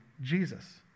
Jesus